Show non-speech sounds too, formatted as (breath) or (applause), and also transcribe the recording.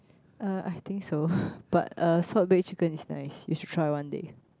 uh I think so (breath) but uh salt baked chicken is nice you should try one day